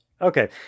Okay